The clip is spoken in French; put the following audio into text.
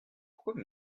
pourquoi